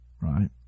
right